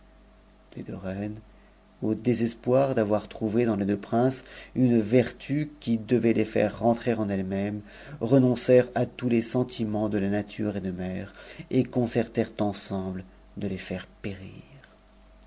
les deux reines au désespoir d'avoir trouvé dans les deux princes un vertu qui devait les faire rentrer en elles-mêmes renoncèrent à tous les sentiments de la nature et de mère et concertèrent ensemble de es a r périr